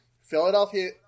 Philadelphia